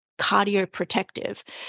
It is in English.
cardioprotective